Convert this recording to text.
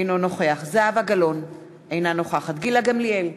אינו נוכח זהבה גלאון, אינה נוכחת גילה גמליאל,